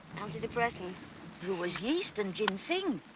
anti-depressants brewers yeast and ginseng.